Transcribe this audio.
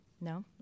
No